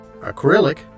acrylic